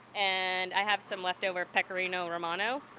and i have some leftover pecorino romano.